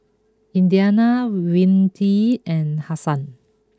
Indiana Whitney and Hasan